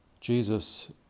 Jesus